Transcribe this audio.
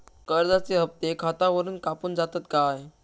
कर्जाचे हप्ते खातावरून कापून जातत काय?